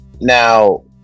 Now